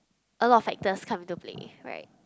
a lot of factors come into play right